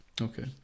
Okay